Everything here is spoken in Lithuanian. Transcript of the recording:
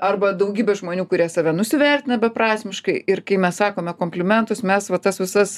arba daugybė žmonių kurie save nusivertina beprasmiškai ir kai mes sakome komplimentus mes va tas visas